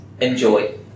enjoy